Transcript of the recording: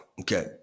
okay